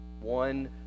One